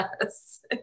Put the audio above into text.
Yes